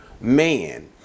man